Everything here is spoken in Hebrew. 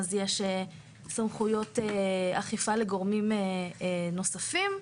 יש סמכויות לגורמים נוספים.